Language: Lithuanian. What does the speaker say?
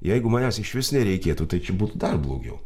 jeigu manęs išvis nereikėtų tai čia būtų dar blogiau